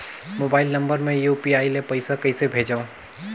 Mobile number मे UPI ले पइसा कइसे भेजवं?